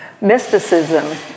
mysticism